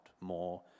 more